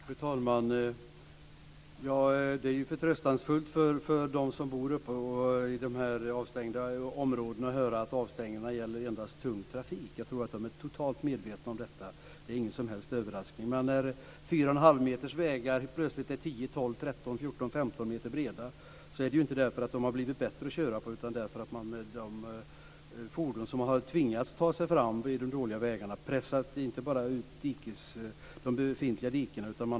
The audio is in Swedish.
Fru talman! Det är ju trösterikt för dem som bor uppe i de avstängda områdena att höra att avstängningarna endast gäller tung trafik. Jag tror att de är totalt medvetna om detta. Det är ingen som helst överraskning. Men när 4 1⁄2 meter breda vägar helt plötsligt är 10, 12, 13, 14 eller 15 meter breda beror det inte på att de har blivit bättre att köra på.